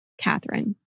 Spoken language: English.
Catherine